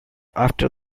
after